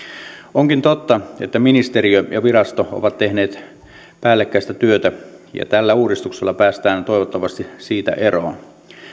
onkin totta että ministeriö ja virasto ovat tehneet päällekkäistä työtä ja tällä uudistuksella päästään toivottavasti siitä eroon